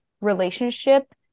relationship